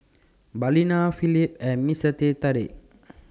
Balina Phillips and Mister Teh Tarik